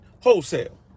wholesale